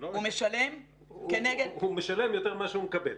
הוא משלם יותר ממה שהוא מקבל.